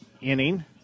inning